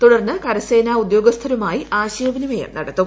തുടർന്ന് കരസേനാ ഉദ്യോഗസ്ഥരുമായി ആശയവിനിമയം നടത്തും